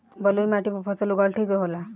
बलुई माटी पर फसल उगावल ठीक होला?